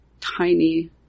tiny